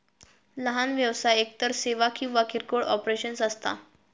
लहान व्यवसाय एकतर सेवा किंवा किरकोळ ऑपरेशन्स असता